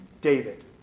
David